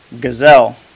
gazelle